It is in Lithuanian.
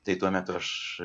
tai tuomet aš